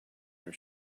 our